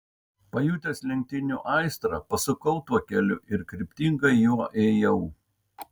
pajutęs lenktynių aistrą pasukau tuo keliu ir kryptingai juo ėjau